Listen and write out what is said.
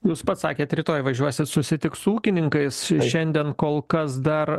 jūs pats sakėt rytoj važiuosit susitikt su ūkininkais šiandien kol kas dar